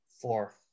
four